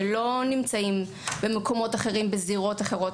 שלא נמצאים בזירות אחרות.